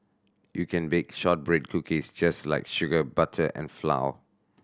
you can bake shortbread cookies just like sugar butter and flour